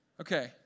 Okay